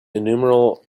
innumerable